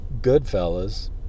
Goodfellas